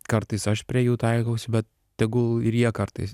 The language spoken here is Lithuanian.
kartais aš prie jų taikaus bet tegul ir jie kartais